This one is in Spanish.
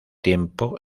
tiempo